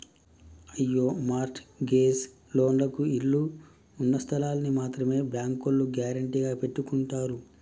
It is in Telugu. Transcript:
అయ్యో మార్ట్ గేజ్ లోన్లకు ఇళ్ళు ఉన్నస్థలాల్ని మాత్రమే బ్యాంకోల్లు గ్యారెంటీగా పెట్టుకుంటారు